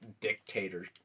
dictator